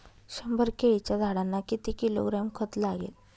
शंभर केळीच्या झाडांना किती किलोग्रॅम खत लागेल?